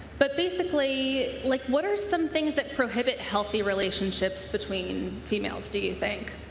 but basically, like what are some things that prohibit healthy relationships between females, do you think?